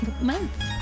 month